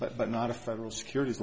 but but not a federal securit